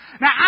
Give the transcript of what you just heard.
Now